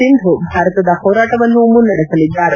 ಸಿಂಧೂ ಭಾರತದ ಹೋರಾಟವನ್ನು ಮುನ್ನಡೆಸಲಿದ್ದಾರೆ